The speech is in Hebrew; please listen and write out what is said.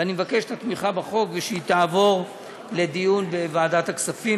ואני מבקש את התמיכה בחוק ושהיא תעבור לדיון בוועדת הכספים.